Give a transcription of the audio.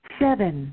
seven